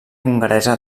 hongaresa